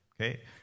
okay